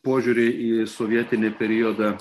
požiūriai į sovietinį periodą